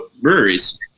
breweries